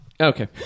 Okay